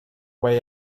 way